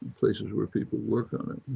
places where people work on it.